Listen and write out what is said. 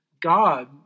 God